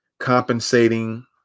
Compensating